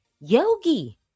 Yogi